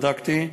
בדקתי,